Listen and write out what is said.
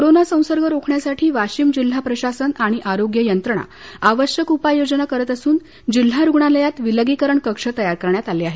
corona संसर्ग रोखण्यासाठी वाशिम जिल्हा प्रशासन आणि आरोग्य यंत्रणा आवश्यक उपाययोजना करत असून जिल्हा रुग्णालयात विलगीकरण कक्ष तयार करण्यात आला आहे